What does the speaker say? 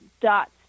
dots